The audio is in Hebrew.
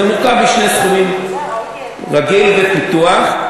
זה מורכב משני סכומים, רגיל ופיתוח.